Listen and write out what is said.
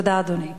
תודה, אדוני.